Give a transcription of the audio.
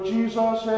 Jesus